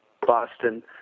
Boston